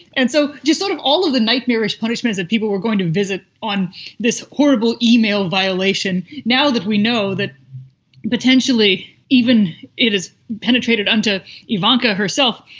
and so just sort of all of the nightmarish punishments that people were going to visit on this horrible e-mail violation. now that we know that potentially even it has penetrated into ivanka herself,